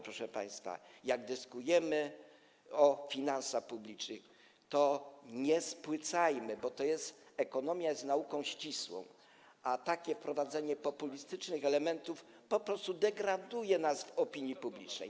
Proszę państwa, jak dyskutujemy o finansach publicznych, to nie spłycajmy tematu, bo ekonomia jest nauką ścisłą, a takie wprowadzenie populistycznych elementów po prostu degraduje nas w oczach opinii publicznej.